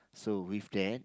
so with that